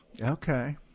okay